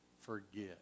forget